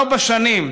ארבע שנים